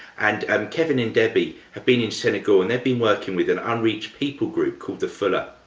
and um kevin and debbie have been in senegal and they've been working with an unreached people group called the fula.